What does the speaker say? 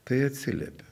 tai atsiliepė